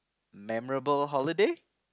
memorable holiday